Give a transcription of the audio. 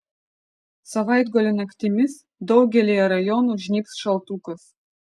savaitgalio naktimis daugelyje rajonų žnybs šaltukas